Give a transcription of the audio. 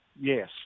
Yes